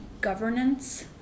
governance